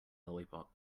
lollipop